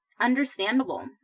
understandable